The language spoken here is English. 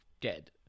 dead